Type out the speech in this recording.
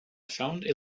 found